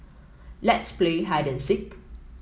let's play hide and seek